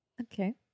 okay